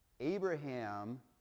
Abraham